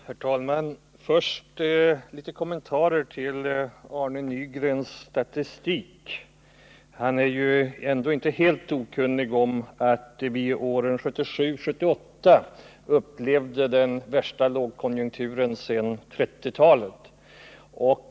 Herr talman! Först några kommentarer till Arne Nygrens statistik. Han är ju ändå inte helt okunnig om att vi åren 1977-1978 upplevde den värsta lågkonjunkturen sedan 1930-talet.